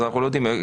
אז אנחנו לא יודעים.